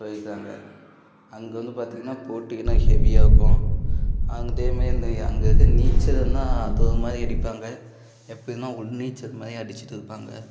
போயிருக்காங்க அங்கே வந்து பார்த்தீங்கன்னா போட்டிகள்லாம் ஹெவியாக இருக்கும் அங்கே இதே மாதிரி அந்த அங்கே இருக்கற நீச்சலுன்னால் அது ஒரு மாதிரி அடிப்பாங்க எப்படின்னால் உள் நீச்சல் மாதிரி அடித்துட்டு இருப்பாங்க